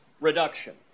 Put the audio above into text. reduction